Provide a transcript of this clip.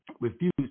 refused